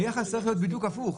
היחס צריך להיות הפוך.